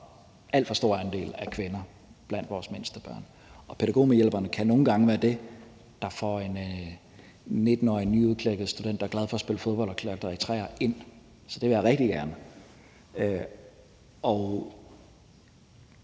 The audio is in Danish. alt for stor andel af kvinder blandt vores mindste børn. Pædagogmedhjælperne kan nogle gange være det, der får en 19-årig nyudklækket student, der er glad for at spille fodbold og klatre i træer, ind. Det vil jeg rigtig gerne